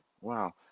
Wow